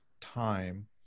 time